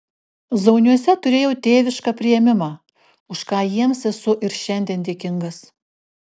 zauniuose turėjau tėvišką priėmimą už ką jiems esu ir šiandien dėkingas